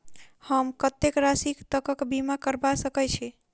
हम कत्तेक राशि तकक बीमा करबा सकै छी?